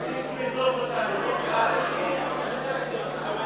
ההצעה להסיר מסדר-היום